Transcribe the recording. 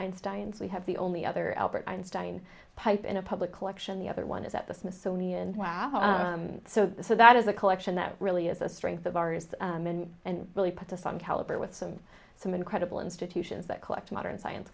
einstein's we have the only other albert einstein pipe in a public collection the other one is at the smithsonian wow so that is a collection that really is a strength of ours and really puts us on caliber with some some incredible institutions that collect modern science